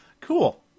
cool